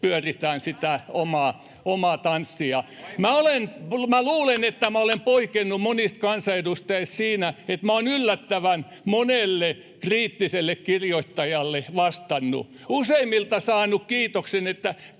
koputtaa] Minä luulen, että minä olen poikennut monista kansanedustajista siinä, että minä olen yllättävän monelle kriittiselle kirjoittajalle vastannut, useimmilta saanut kiitoksen,